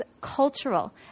cultural